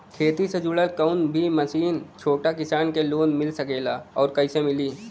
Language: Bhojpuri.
खेती से जुड़ल कौन भी मशीन छोटा किसान के लोन मिल सकेला और कइसे मिली?